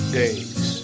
days